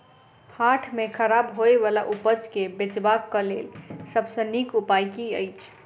हाट मे खराब होय बला उपज केँ बेचबाक क लेल सबसँ नीक उपाय की अछि?